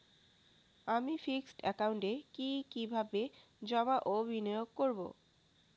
আমি ফিক্সড একাউন্টে কি কিভাবে জমা ও বিনিয়োগ করব?